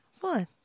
fun